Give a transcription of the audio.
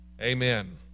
Amen